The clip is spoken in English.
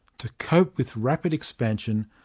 to cope with rapid expansion,